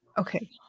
Okay